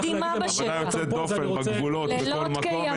עבודה יוצאת דופן בגבולות, בכל מקום.